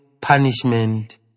punishment